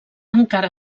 encara